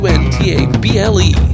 Untable